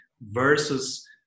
versus